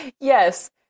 Yes